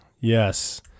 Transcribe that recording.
Yes